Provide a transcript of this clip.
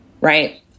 right